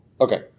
Okay